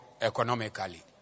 economically